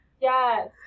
Yes